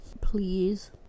please